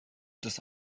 des